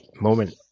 moment